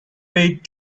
paid